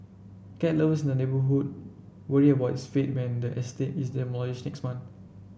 cat lovers in the neighbourhood worry about its fate when the estate is demolished next month